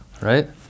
right